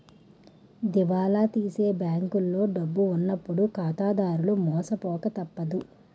దివాలా తీసే బ్యాంకులో డబ్బు ఉన్నప్పుడు ఖాతాదారులు మోసపోక తప్పదు